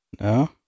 No